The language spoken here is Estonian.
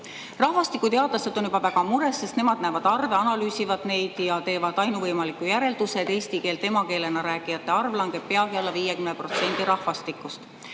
poliitikaid. Rahvastikuteadlased on juba väga mures, sest nemad näevad arve, analüüsivad neid ja teevad ainuvõimaliku järelduse, et eesti keelt emakeelena rääkijate arv langeb peagi alla 50% rahvastikust.